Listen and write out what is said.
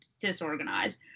disorganized